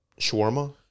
shawarma